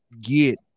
get